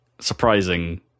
surprising